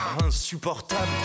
Insupportable